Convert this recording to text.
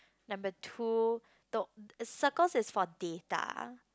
number two circles is for data